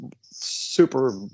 super